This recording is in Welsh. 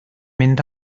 mynd